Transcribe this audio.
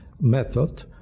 method